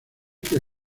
que